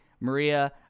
Maria